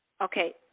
Okay